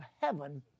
heaven